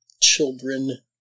children